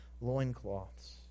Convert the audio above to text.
loincloths